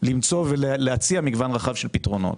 להציע מגוון רחב של פתרונות.